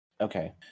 Okay